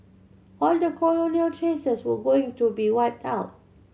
all the colonial traces were going to be wiped out